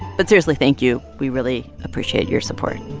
but seriously, thank you. we really appreciate your support